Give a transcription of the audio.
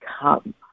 come